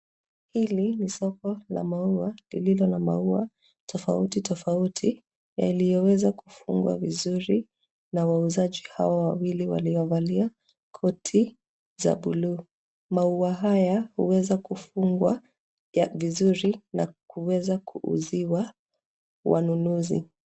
Hili ni soko la maua lililo na maua tofauti tofauti yaliyoweza kufungwa vizuri na wauzaji hawa wawili waliovalia koti za buluu. Maua haya hueza kufungwa vizuri na kuweza kuuziwa wanunuzi.